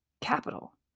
capital